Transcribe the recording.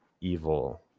evil